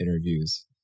interviews